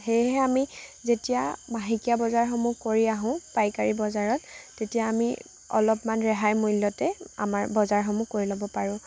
সেয়েহে আমি যেতিয়া মাহেকীয়া বজাৰসমূহ কৰি আহোঁ পাইকাৰী বজাৰত তেতিয়া আমি অলপমান ৰেহাই মূল্যতে আমাৰ বজাৰসমূহ কৰি ল'ব পাৰোঁ